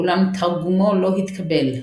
אולם תרגומו לא התקבל.